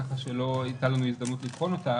כך שלא הייתה לנו הזדמנות לבחון אותה.